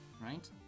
right